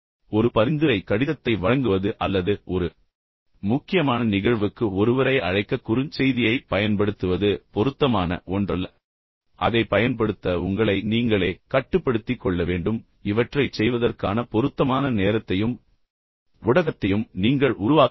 ஒரு பரிந்துரை கடிதத்தை வழங்குவது அல்லது ஒரு முக்கியமான நிகழ்வுக்கு ஒருவரை அழைக்க குறுஞ் செய்தியை பயன்படுத்துவது பொருத்தமான ஒன்றல்ல மேலும் அதைப் பயன்படுத்த உங்களை நீங்களே கட்டுப்படுத்திக் கொள்ள வேண்டும் மேலும் இவற்றைச் செய்வதற்கான பொருத்தமான நேரத்தையும் ஊடகத்தையும் நீங்கள் உருவாக்க வேண்டும்